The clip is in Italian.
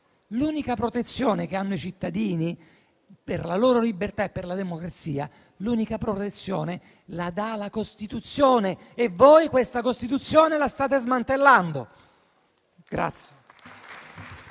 L'unica protezione che hanno i cittadini per la loro libertà e per la democrazia la dà la Costituzione e voi questa Costituzione la state smantellando.